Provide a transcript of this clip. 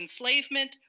enslavement